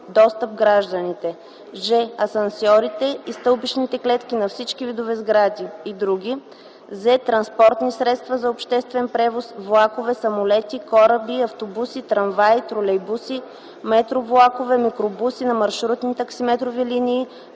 достъп гражданите; ж) асансьорите и стълбищните клетки на всички видове сгради и други; з) транспортни средства за обществен превоз - влакове, самолети, кораби, автобуси, трамваи, тролейбуси, метровлакове, микробуси на маршрутни таксиметрови линии,